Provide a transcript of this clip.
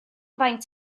faint